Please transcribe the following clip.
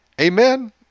Amen